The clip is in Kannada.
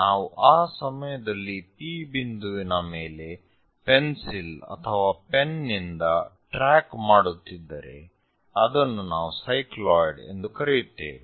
ನಾವು ಆ ಸಮಯದಲ್ಲಿ P ಬಿಂದುವಿನ ಮೇಲೆ ಪೆನ್ಸಿಲ್ ಅಥವಾ ಪೆನ್ ನಿಂದ ಟ್ರ್ಯಾಕ್ ಮಾಡುತ್ತಿದ್ದರೆ ಅದನ್ನು ನಾವು ಸೈಕ್ಲಾಯ್ಡ್ ಎಂದು ಕರೆಯುತ್ತೇವೆ